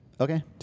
Okay